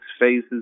phases